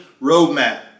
roadmap